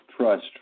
trust